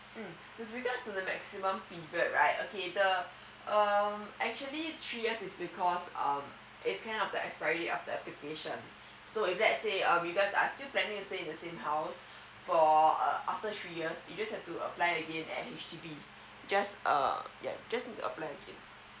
mm with regards to the maximum period right okay the um actually three years is because um it's kind of the expiry after application so if let's say you guys are still planning to stay in the same house for after three years you just have to apply again at H_D_B just uh yeah just need to apply again